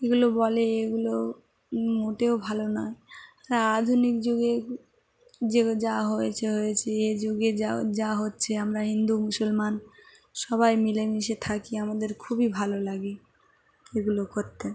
এগুলো বলে এগুলো মোটেও ভালো নয় আধুনিক যুগে যে যা হয়েছে হয়েছে এ যুগে যা যা হচ্ছে আমরা হিন্দু মুসলমান সবাই মিলেমিশে থাকি আমাদের খুবই ভালো লাগে এগুলো করতে